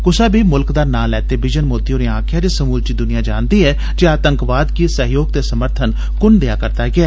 कुसै बी मुल्ख दा नां लैते बिजन मोदी होरें आक्खेआ जे समूलची दुनिया जानदी ऐ जे आतंकवाद गी सैहयोग ते समर्थन कु'न करै करदा ऐ